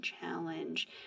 challenge